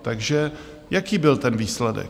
Takže jaký byl ten výsledek?